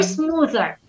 smoother